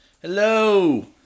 Hello